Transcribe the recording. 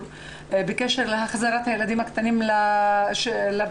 בקשר להחזרת הילדים הקטנים לפעוטונים,